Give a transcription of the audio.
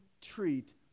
treat